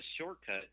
shortcut